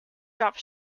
drop